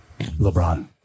LeBron